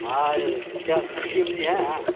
हाँ यह क्या सब्ज़ी वब्ज़ी है